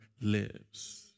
lives